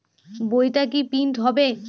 বইটা কি প্রিন্ট হবে?